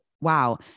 wow